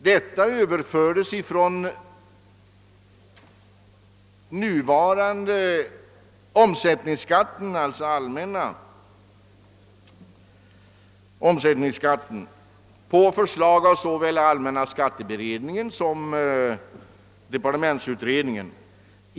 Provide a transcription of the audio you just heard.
Denna bestämmelse överfördes från den nuvarande allmänna omsättningsskatten på förslag av såväl allmänna skatteberedningen som departementsutredningen.